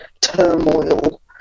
turmoil